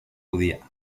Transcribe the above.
judía